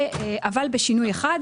אבל בשינוי אחד,